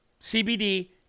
CBD